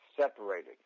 separated